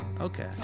Okay